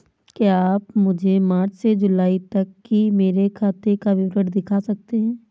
क्या आप मुझे मार्च से जूलाई तक की मेरे खाता का विवरण दिखा सकते हैं?